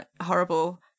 horrible